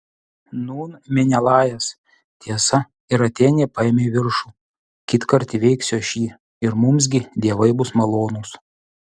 nūn menelajas tiesa ir atėnė paėmė viršų kitkart įveiksiu aš jį ir mums gi dievai bus malonūs